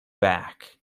back